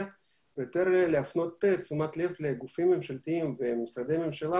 ויותר להפנות תשומת לב לגופים ממשלתיים ומשרדי ממשלה